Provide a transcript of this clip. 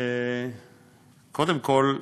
קודם כול,